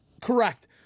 Correct